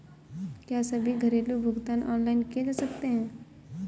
क्या सभी घरेलू भुगतान ऑनलाइन किए जा सकते हैं?